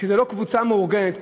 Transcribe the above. כשזו לא קבוצה מאורגנת,